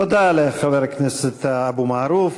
תודה לחבר הכנסת אבו מערוף.